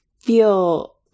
feel